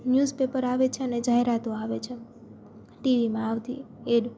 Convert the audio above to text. newspaper આવે છે અને જાહેરાતો આવે છે ટીવીમાં આવતી એડ